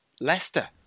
Leicester